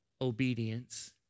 obedience